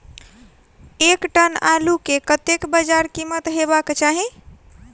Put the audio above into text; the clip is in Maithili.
एक टन आलु केँ कतेक बजार कीमत हेबाक चाहि?